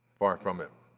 far from it.